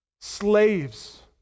Slaves